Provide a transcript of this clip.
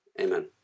Amen